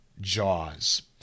Jaws